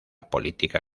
política